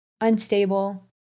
unstable